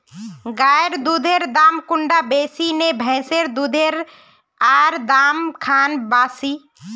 गायेर दुधेर दाम कुंडा बासी ने भैंसेर दुधेर र दाम खान बासी?